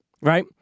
right